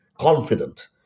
confident